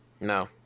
No